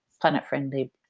planet-friendly